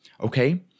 Okay